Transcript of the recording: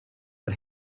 but